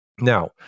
now